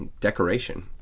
decoration